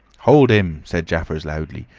hold him! said jaffers, loudly.